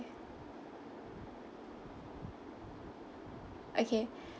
okay